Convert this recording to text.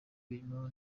birimo